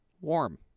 warm